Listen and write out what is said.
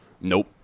nope